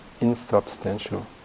insubstantial